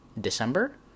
December